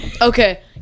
Okay